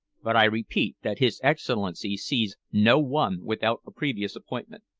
but i repeat that his excellency sees no one without a previous appointment.